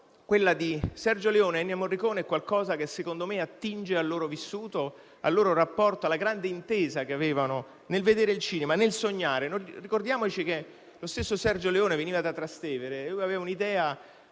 quello tra Sergio Leone ed Ennio Morricone secondo me attinge al loro vissuto, al loro rapporto, alla grande intesa che avevano nel vedere il cinema, nel sognare. Ricordiamoci che lo stesso Sergio Leone veniva da Trastevere ed è riuscito